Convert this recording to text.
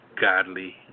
godly